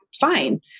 Fine